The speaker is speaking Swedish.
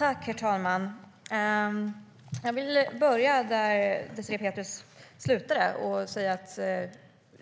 Herr talman! Jag vill börja där Désirée Pethrus slutade och säga att